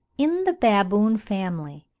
in the baboon family,